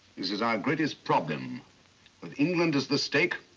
this is our greatest problem with england as the stake